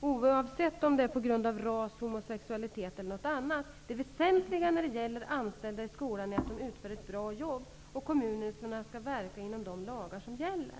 oavsett om det är på grund av ras, homosexualitet eller något annat. Det väsentliga när det gäller anställda i skolan är att de utför ett bra jobb, och kommunerna skall följa de lagar som gäller.